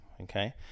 okay